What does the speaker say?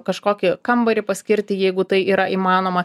kažkokį kambarį paskirti jeigu tai yra įmanoma